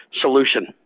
solution